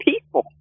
people